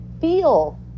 feel